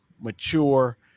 mature